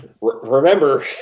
remember